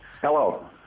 Hello